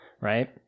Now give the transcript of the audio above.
right